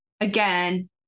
again